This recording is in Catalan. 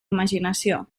imaginació